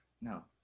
No